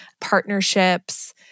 partnerships